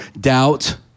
doubt